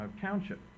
township